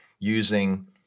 Using